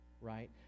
right